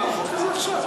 אני מקווה שאתה יודע.